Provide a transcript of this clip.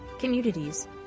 communities